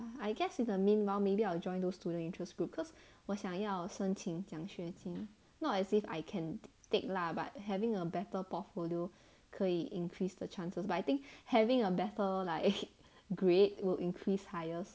I guess in the meanwhile maybe I'll join those student interest group cause 我想要申请奖学金 not as if I can take lah but having a better portfolio 可以 increase the chances but I think having a better like grade will increase highest